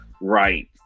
Right